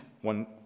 one